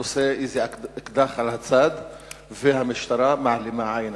נושא איזה אקדח על הצד והמשטרה מעלימה עין.